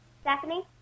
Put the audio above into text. Stephanie